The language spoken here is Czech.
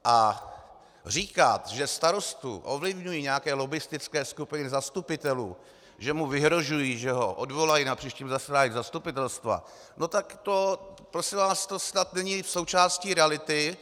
A říkat, že starostu ovlivňují nějaké lobbistické skupiny zastupitelů, že mu vyhrožují, že ho odvolají na příštím zasedání zastupitelstva, tak to prosím vás není součástí reality.